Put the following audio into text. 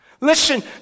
listen